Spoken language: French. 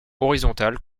horizontales